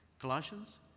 Colossians